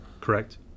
correct